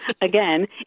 again